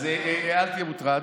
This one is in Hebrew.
אל תהיה מוטרד,